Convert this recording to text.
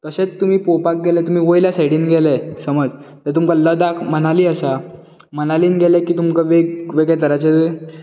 तशेत तुमी पळोवपाक गेल्या तुमी वयल्या सायडीन गेले समज तुमकां लडाक मनाली आसा मनालीन गेले की तुमकां वेगवेगळे तराचे